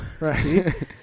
Right